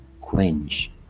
quench